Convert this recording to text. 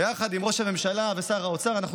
יחד עם ראש הממשלה ושר האוצר אנחנו